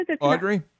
Audrey